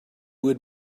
would